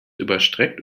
überstreckt